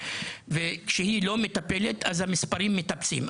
וכאשר היא לא מטפלת אז המספרים מטפסים.